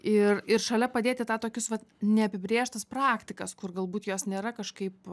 ir ir šalia padėti tą tokius vat neapibrėžtas praktikas kur galbūt jos nėra kažkaip